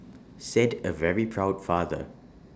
said A very proud father